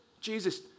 Jesus